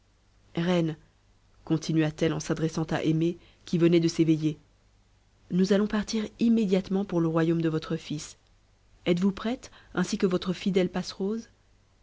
reine continua-t-elle en s'adressant à aimée qui venait de s'éveiller nous allons partir immédiatement pour le royaume de votre fils êtes-vous prête ainsi que votre fidèle